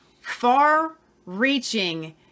far-reaching